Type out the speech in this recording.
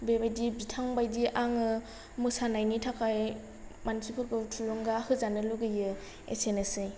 बेबायदि बिथांबायदि आङो मोसानायनि थाखाय मानसिफोरखौ थुलुंगा होजानो लुगैयो एसेनोसै